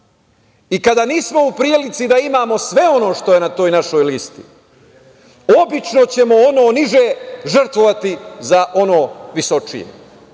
Kada nismo u prilici da imamo sve ono što je na toj našoj listi, obično ćemo ono niže žrtvovati za ono visočije.